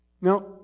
Now